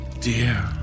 dear